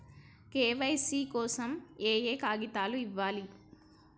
KYC కోసం ఏయే కాగితాలు ఇవ్వాలి?